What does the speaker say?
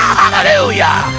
hallelujah